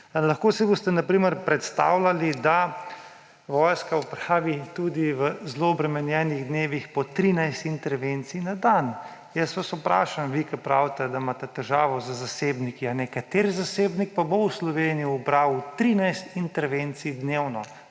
Lahko si boste na primer predstavljali, da vojska opravi tudi v zelo obremenjenih dnevih po 13 intervencij na dan. Vprašam vas, ko pravite, da imate težavo z zasebniki, kateri zasebnik pa bo v Sloveniji opravil 13 intervencij dnevno.